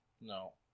no